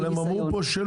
אבל הם אמרו פה שלא.